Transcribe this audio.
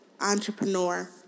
entrepreneur